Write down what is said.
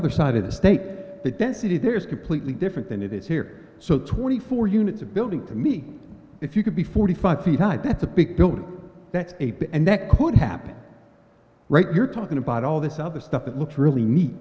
other side of the state the density there is completely different than it is here so twenty four units a building to me if you could be forty five feet high that's a big building that's a bit and that could happen right you're talking about all this other stuff that looks really neat